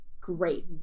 Great